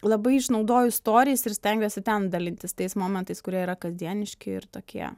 labai išnaudoju istorijas ir stengiuosi ten dalintis tais momentais kurie yra kasdieniški ir tokie